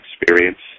experience